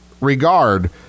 regard